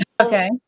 Okay